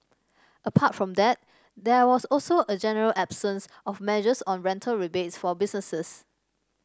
apart from that there was also a general absence of measures on rental rebates for businesses